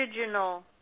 original